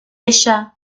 ella